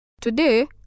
Today